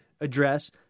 address